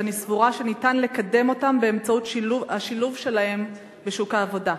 ואני סבורה שניתן לקדם אותם באמצעות השילוב שלהם בשוק העבודה.